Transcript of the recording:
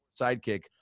sidekick